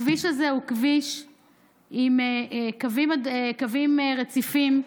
הכביש הזה הוא כביש עם קווים רציפים.